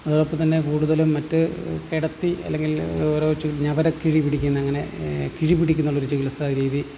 അതോടൊപ്പം തന്നെ കൂടുതലും മറ്റ് കിടത്തി അല്ലെങ്കിൽ ഓരോ ഞവരക്കിഴി പിടിക്കുന്ന അങ്ങനെ കിഴി പിടിക്കുന്നുള്ളൊരു ചികിത്സാരീതി